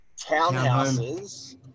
townhouses